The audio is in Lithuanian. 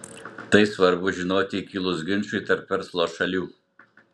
tai svarbu žinoti kilus ginčui tarp verslo šalių